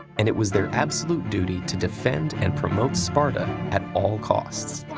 and it was their absolute duty to defend and promote sparta at all costs.